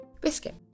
Biscuit